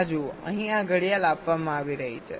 આ જુઓ અહીં આ ઘડિયાળ આપવામાં આવી રહી છે